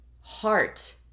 heart